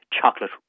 chocolate